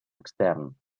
extern